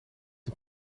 een